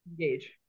engage